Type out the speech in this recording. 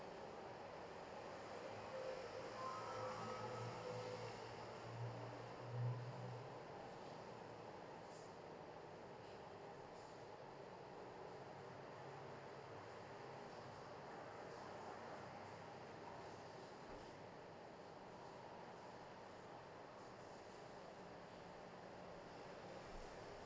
mm